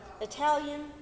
Italian